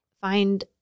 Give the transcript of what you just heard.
find